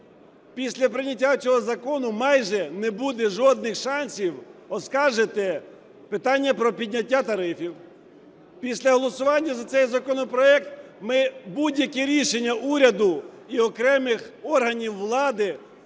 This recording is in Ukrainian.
Після прийняття цього закону майже не буде жодних шансів оскаржити питання про підняття тарифів. Після голосування за цей законопроект ми будь-які рішення уряду і окремих органів влади